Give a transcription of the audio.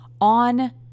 on